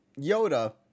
Yoda